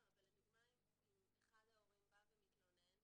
אבל אם לדוגמה אחד ההורים מתלונן